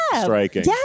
striking